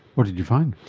what did you find?